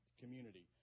community